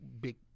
big